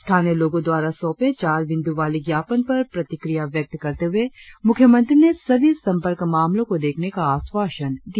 स्थानीय लोगों द्वारा सौंपे चार बिंदू वाली ज्ञापन पर प्रतिक्रिया व्यक्त करते हुए मुख्यमंत्री ने सभी संपर्क मामलों को देखने का आश्वासन दिया